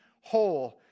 whole